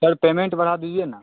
sir payment बढ़ा दीजिए न